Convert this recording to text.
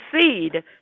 seed